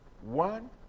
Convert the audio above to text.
one